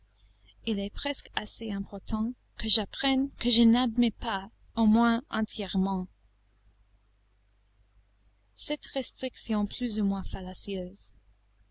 il est presque assez important que j'apprenne que je n'admets pas au moins entièrement cette restriction plus ou moins